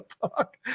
talk